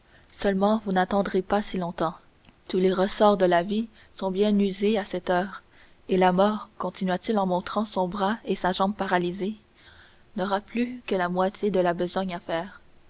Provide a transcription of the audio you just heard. seulement vous n'attendrez pas si longtemps tous les ressorts de la vie sont bien usés à cette heure et la mort continua-t-il en montrant son bras et sa jambe paralysés n'aura plus que la moitié de la besogne à faire